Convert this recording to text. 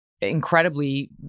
incredibly